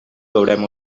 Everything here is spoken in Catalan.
veurem